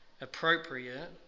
appropriate